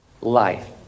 life